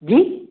जी